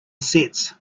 sets